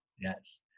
yes